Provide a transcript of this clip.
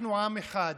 אנחנו עם אחד.